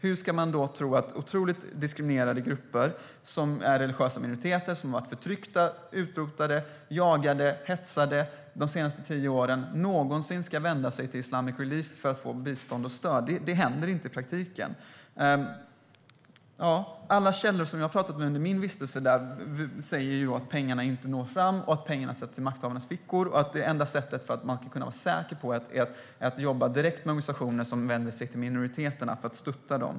Hur ska man då tro att otroligt diskriminerade grupper som är religiösa minoriteter och som har varit förtryckta, utrotade, jagade och hetsade de senaste tio åren någonsin ska vända sig till Islamic Relief för att få bistånd och stöd? Det händer inte i praktiken. Alla källor som jag har talat med under min vistelse där säger att pengarna inte når fram, att pengarna hamnar i makthavarnas fickor och att det enda sättet för att man ska kunna vara säker på att pengarna hamnar rätt är att jobba direkt med organisationer som vänder sig till minoriteterna för att stötta dem.